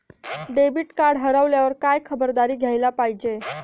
Debit card हरवल्यावर काय खबरदारी घ्यायला पाहिजे?